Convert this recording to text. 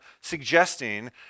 suggesting